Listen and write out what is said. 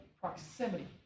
proximity